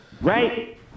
right